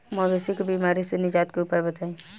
मवेशी के बिमारी से निजात के उपाय बताई?